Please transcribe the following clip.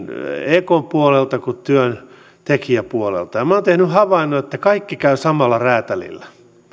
ekn puolelta kuin työntekijäpuolelta minä olen tehnyt havainnon että kaikki käyvät samalla räätälillä he ovat